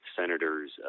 senators